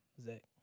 Zach